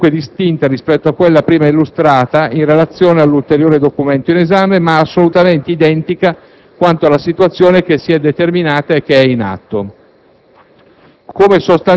Fattispecie, dunque, distinta rispetto a quella prima illustrata, in relazione all'ulteriore documento in esame, ma assolutamente identica quanto alla situazione che si è determinata e che è in atto.